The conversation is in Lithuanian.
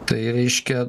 tai reiškia